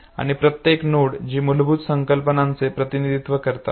आणि प्रत्येक नोड जे मूलभूत संकल्पनांचे प्रतिनिधित्व करतात